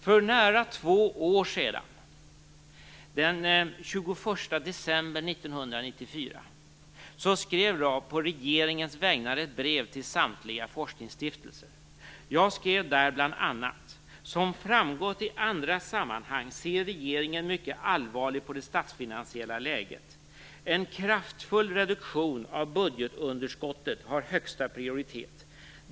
För nära två år sedan, den 21 december 1994, skrev jag på regeringens vägnar ett brev till samtliga forskningsstiftelser. Jag skrev där bl.a.: Som framgått i andra sammanhang ser regeringen mycket allvarligt på det statsfinansiella läget. En kraftfull reduktion av budgetunderskottet har högsta prioritet.